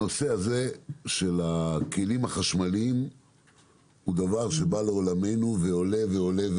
הנושא של הכלים החשמליים עולה ועולה,